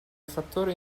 fattori